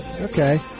Okay